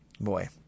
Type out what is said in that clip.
boy